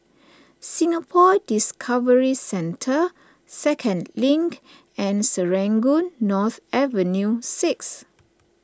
Singapore Discovery Centre Second Link and Serangoon North Avenue six